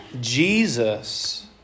Jesus